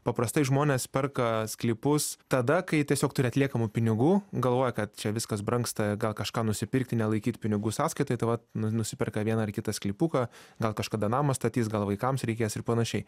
paprastai žmonės perka sklypus tada kai tiesiog turi atliekamų pinigų galvoja kad čia viskas brangsta gal kažką nusipirkti nelaikyt pinigų sąskaitoje tai vat nusiperka vieną ar kitą sklypuką gal kažkada namą statys gal vaikams reikės ir panašiai